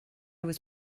was